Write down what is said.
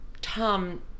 Tom